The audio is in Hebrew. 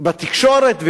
בתקשורת וכו'.